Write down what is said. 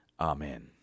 Amen